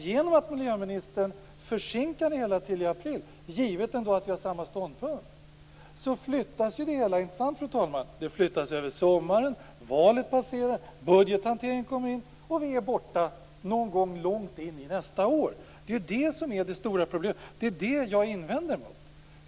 Genom att miljöministern försinkar det hela till april, givet ändå att vi har samma ståndpunkt, flyttas det hela över sommaren. Valet passerar, budgethanteringen kommer in, och då är vi inne i nästa år. Det är det stora problemet. Det är det jag invänder mot.